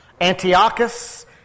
Antiochus